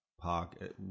Park